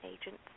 agents